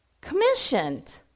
commissioned